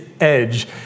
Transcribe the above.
edge